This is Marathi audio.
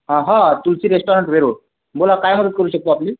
हा तुलसी रेस्टारंट वेरूळ बोला काय मदत करू शकतो आपली